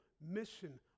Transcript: mission